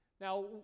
Now